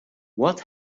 what